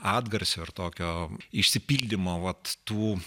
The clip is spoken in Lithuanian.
atgarsio ir tokio išsipildymo vat tų